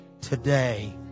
today